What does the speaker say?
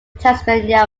tasmania